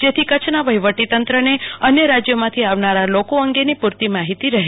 જેથી કચ્છના વહવટીતંત્રને અન્ય રાજયોમાંથી આવનારા લોકો અંગેની પુરતી માહિતી રહે